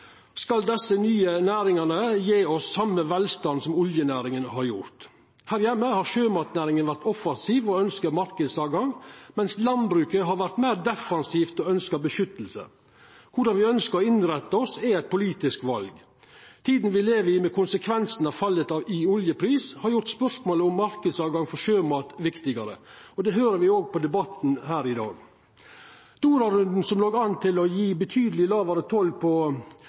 desse nye næringane skal gje oss same velstand som oljenæringa har gjort. Her heime har sjømatnæringa vore offensiv og har ønskt marknadsåtgang, medan landbruket har vore meir defensivt og har ønskt vern. Korleis me ønskjer å innretta oss, er eit politisk val. Tida me lever i, med konsekvensen av fallet i oljepris, har gjort spørsmålet om marknadsåtgang for sjømat viktigare. Det hører me òg på debatten her i dag. Doha-runden, som låg an til å gje betydeleg lågare toll på